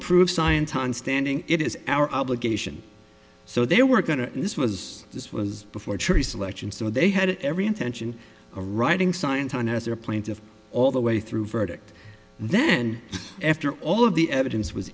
prove scientology's standing it is our obligation so they were going to and this was this was before a tree selection so they had every intention of writing science on as their planes of all the way through verdict then after all of the evidence was